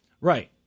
Right